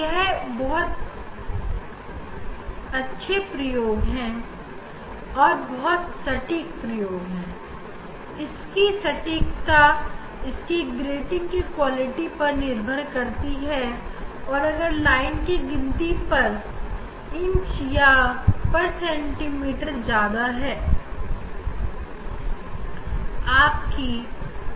यह बहुत अच्छा और सटीक प्रयोग है और इसकी सटीकता ग्रेटिंग की गुणवत्ता पर निर्भर करती हैं अगर लाइन की गिनती पर इंच या पर सेंटीमीटर ज्यादा है तो वह ज्यादा गुणकारी ग्रेटिंग है